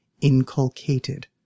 inculcated